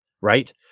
Right